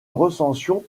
recensions